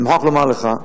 ואני מוכרח לומר לך,